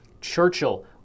Churchill